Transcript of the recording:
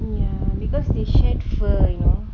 ya because they shed fur you know